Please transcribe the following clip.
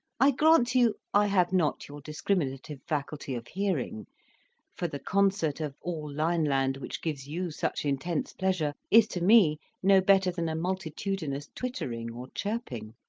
i grant you i have not your discriminative faculty of hearing for the concert of all lineland which gives you such intense pleasure, is to me no better than a multitudinous twittering or chirping.